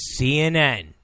CNN